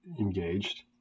engaged